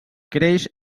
creix